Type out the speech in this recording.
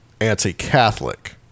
anti-Catholic